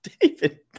David